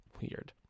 weird